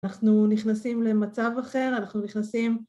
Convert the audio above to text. אנחנו נכנסים למצב אחר, אנחנו נכנסים...